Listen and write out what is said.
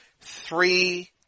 three